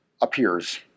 appears